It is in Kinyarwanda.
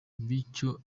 bityo